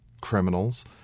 criminals